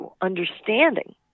understanding